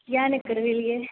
किया नहि करबेलियै